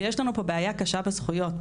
ויש לנו פה בעיה קשה בזכויות.